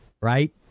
right